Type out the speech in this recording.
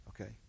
okay